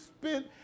spent